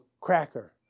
cracker